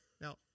Now